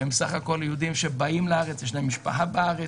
הם סך הכול יהודים שבאים לארץ, יש להם משפחה בארץ.